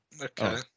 Okay